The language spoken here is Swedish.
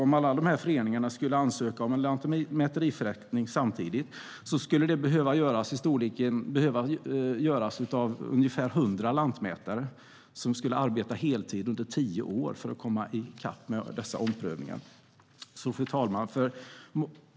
Om alla dessa föreningar samtidigt skulle ansöka om lantmäteriförrättning skulle uppemot 100 lantmätare behöva arbeta heltid i tio år för att komma i kapp med dessa omprövningar. Fru talman!